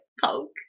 poke